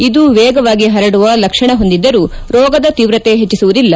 ಇದು ವೇಗವಾಗಿ ಹರಡುವ ಲಕ್ಷಣ ಹೊಂದಿದ್ದರೂ ರೋಗದ ತೀವ್ರತೆ ಹೆಚ್ಚಿಸುವುದಿಲ್ಲ